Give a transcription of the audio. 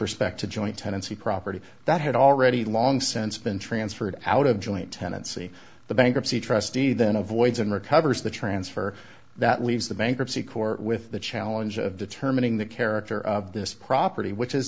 respect to joint tenancy property that had already long since been transferred out of joint tenancy the bankruptcy trustee then avoids and recovers the transfer that leaves the bankruptcy court with the challenge of determining the character of this property which is